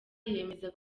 yemeza